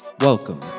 Welcome